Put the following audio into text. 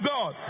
God